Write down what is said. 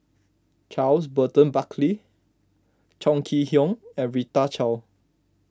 Charles Burton Buckley Chong Kee Hiong and Rita Chao